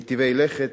מיטיבי לכת,